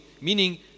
meaning